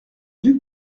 duc